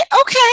Okay